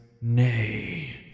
Nay